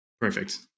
Perfect